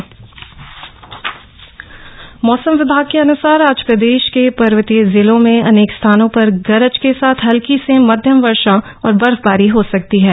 मौसम मौसम विभाग के अनुसार आज प्रदेश के पर्वतीय जिलों में अनेक स्थानों पर गरज के साथ हल्की से मध्यम वर्षा और बर्फवारी हो सकती है